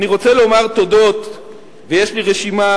אני רוצה לומר תודות ויש לי רשימה.